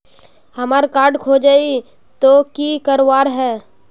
हमार कार्ड खोजेई तो की करवार है?